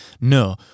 no